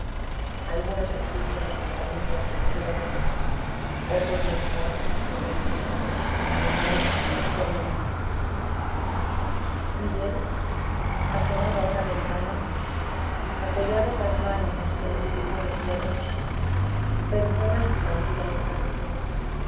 algunos escribían a sus familias y sus novias otros meditaban tristemente los menos dormían miguel asomado a una ventana apoyadas las manos en los cruzados hierros pensaba en su tranquila infancia